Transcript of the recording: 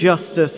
justice